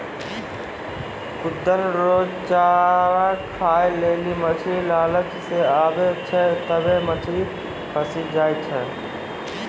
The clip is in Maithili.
खुद्दन रो चारा खाय लेली मछली लालच से आबै छै तबै मछली फंसी जाय छै